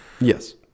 Yes